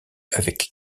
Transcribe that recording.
avec